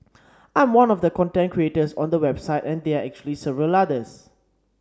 I'm one of the content creators on the website and there are actually several others